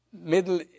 Middle